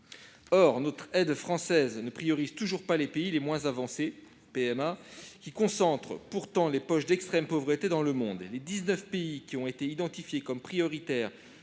Or notre aide française ne priorise toujours pas les pays les moins avancés, qui concentrent pourtant les poches d'extrême pauvreté dans le monde. Les 19 pays qui ont été identifiés comme prioritaires